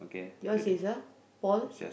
yours is a paul